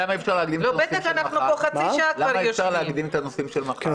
למה אי אפשר להקדים את הנושאים של מחר?